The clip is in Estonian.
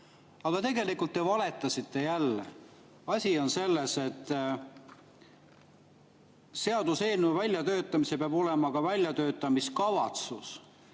Aga tegelikult te valetasite jälle. Asi on selles, et seaduseelnõul peab olema väljatöötamiskavatsus.